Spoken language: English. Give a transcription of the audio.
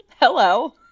Hello